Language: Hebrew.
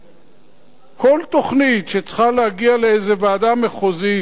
כל תוכנית שצריכה להגיע לאיזו ועדה מחוזית לדיון,